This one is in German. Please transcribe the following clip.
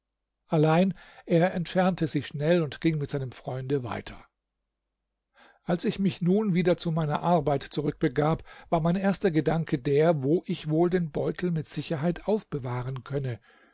allein er entfernte sich schnell und ging mit seinem freunde weiter als ich mich nun wieder zu meiner arbeit zurückbegab war mein erster gedanke der wo ich wohl den beutel mit sicherheit aufbewahren könne